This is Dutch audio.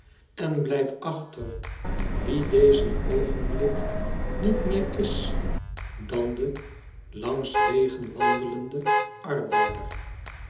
en blijf achter wie dezen oogenblik niet meer is dan de langs wegen wandelende arbeider